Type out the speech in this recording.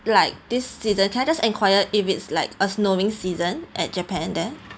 like this season can I just inquire if it's like a snowing season at japan there